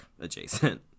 adjacent